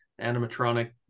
animatronic